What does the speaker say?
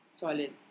solid